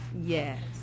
Yes